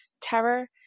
terror